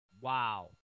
Wow